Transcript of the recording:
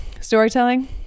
storytelling